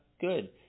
Good